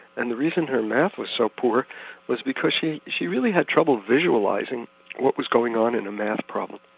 and the reason her math was so poor was because she she really had trouble visualising what was going on in a math problem.